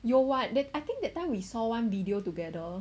有 what that I think that time we saw one video together